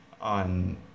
on